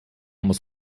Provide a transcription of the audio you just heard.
muss